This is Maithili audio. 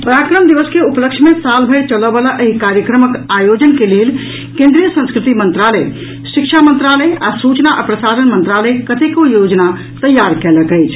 पराक्रम दिवस के उपलक्ष्य मे साल भरि चलऽ बला एहि कार्यक्रमक आयोजन के लेल केन्द्रीय संस्कृति मंत्रालय शिक्षा मंत्रालय आ सूचना आ प्रसारण मंत्रालय कतेको योजना तैयार कयलक अछि